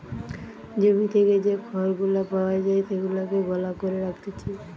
জমি থেকে যে খড় গুলা পাওয়া যায় সেগুলাকে গলা করে রাখতিছে